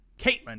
Caitlin